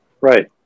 Right